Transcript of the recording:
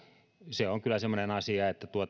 se on kyllä semmoinen asia että